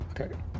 Okay